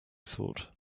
thought